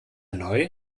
neu